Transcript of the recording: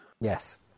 Yes